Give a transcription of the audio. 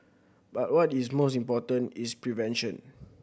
but what is most important is prevention